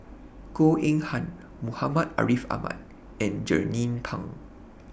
Goh Eng Han Muhammad Ariff Ahmad and Jernnine Pang